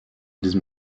diesem